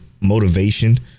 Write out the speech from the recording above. motivation